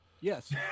Yes